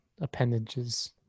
appendages